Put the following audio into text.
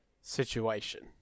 situation